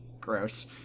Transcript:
gross